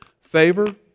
Favor